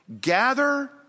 Gather